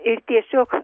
ir tiesiog